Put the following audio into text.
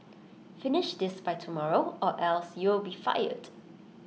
finish this by tomorrow or else you'll be fired